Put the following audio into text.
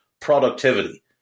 productivity